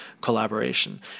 collaboration